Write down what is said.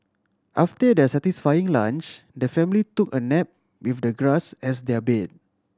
after their satisfying lunch the family took a nap with the grass as their bed